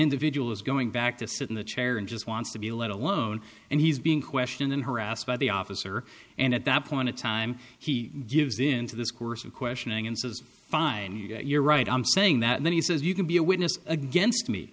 individual is going back to sit in the chair and just wants to be let alone and he's being questioned and harassed by the officer and at that point in time he gives in to this course of questioning and says fine you're right i'm saying that when he says you can be a witness against me